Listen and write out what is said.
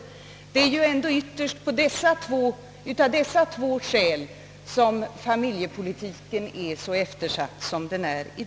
Det är ändå på grund av de två sistnämnda förhållandena som familjepolitiken är så eftersatt som den är.